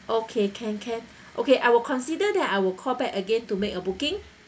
okay can can okay I will consider that I will call back again to make a booking